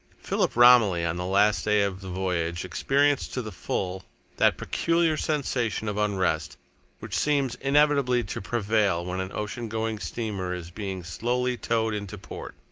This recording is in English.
philip romilly, on the last day of the voyage, experienced to the full that peculiar sensation of unrest which seems inevitably to prevail when an oceangoing steamer is being slowly towed into port.